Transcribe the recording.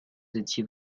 étiez